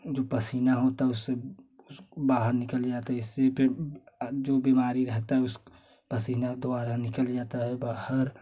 जो पसीना होता है उसे उसको बाहर निकल जाते इसी पे जो बीमारी रहता उसका पसीना द्वारा निकाल जाता है बाहर